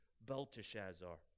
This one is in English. Belteshazzar